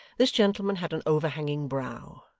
this gentleman had an overhanging brow,